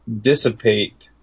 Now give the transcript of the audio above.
dissipate